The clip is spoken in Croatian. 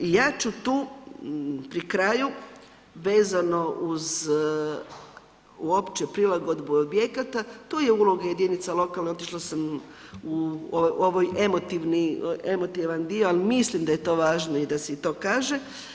Ja ću tu pri kraju, vezano uz u opće prilagodbu objekata, tu je uloga jedinica lokalne, otišla sam u ovaj emotivan dio, ali mislim da je to važno i da se i to kaže.